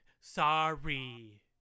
sorry